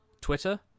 twitter